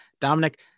Dominic